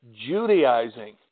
Judaizing